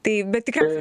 tai bet tikriausiai